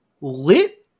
lit